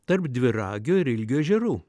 tarp dviragio ir ilgio ežerų